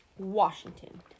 Washington